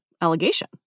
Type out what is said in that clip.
allegation